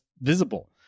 visible